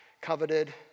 coveted